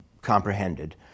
comprehended